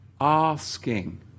Asking